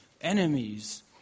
enemies